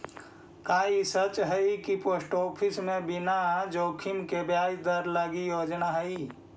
का ई सच हई कि पोस्ट ऑफिस में बिना जोखिम के ब्याज दर लागी योजना हई?